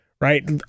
Right